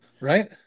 right